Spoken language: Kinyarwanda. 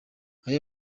aya